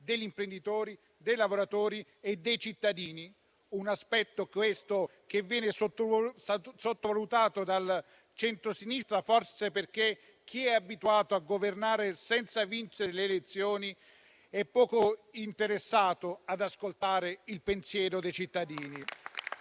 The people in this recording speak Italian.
degli imprenditori, dei lavoratori e dei cittadini italiani. Un aspetto, questo, che viene sottovalutato dal centrosinistra, forse perché chi è abituato a governare senza vincere le elezioni è poco interessato ad ascoltare il pensiero dei cittadini.